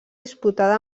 disputada